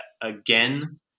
again